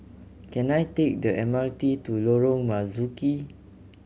can I take the M R T to Lorong Marzuki